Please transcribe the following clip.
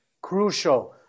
crucial